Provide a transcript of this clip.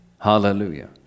Hallelujah